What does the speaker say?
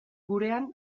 gurean